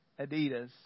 Adidas